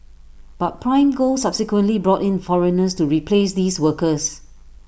but prime gold subsequently brought in foreigners to replace these workers